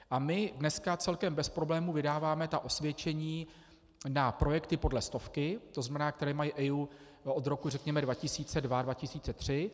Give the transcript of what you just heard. A my dneska celkem bez problému vydáváme osvědčení na projekty podle stovky, to znamená, které mají EIA od roku řekněme 2002, 2003.